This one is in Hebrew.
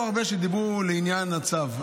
שדיברו לעניין הצו.